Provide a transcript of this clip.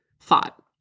Thought